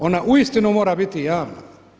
Ona uistinu mora biti javna.